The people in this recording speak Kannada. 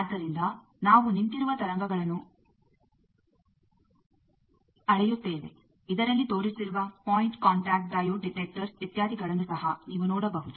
ಆದ್ದರಿಂದ ನಾವು ನಿಂತಿರುವ ತರಂಗಗಳನ್ನು ಅಳೆಯುತ್ತೇವೆ ಇದರಲ್ಲಿ ತೋರಿಸಿರುವ ಪಾಯಿಂಟ್ ಕಾಂಟ್ಯಕ್ಟ್ ಡೈಯೋಡ್ ಡಿಟೆಕ್ಟರ್ಸ್ಇತ್ಯಾದಿಗಳನ್ನು ಸಹ ನೀವು ನೋಡಬಹುದು